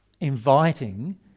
inviting